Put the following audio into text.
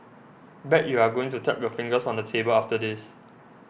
bet you're going to tap your fingers on the table after this